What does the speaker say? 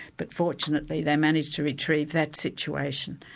but fortunately they managed to retrieve that situation.